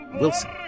Wilson